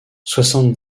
soixante